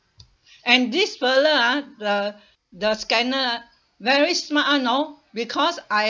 and this fella ah the the scammer very smart [one] oh because I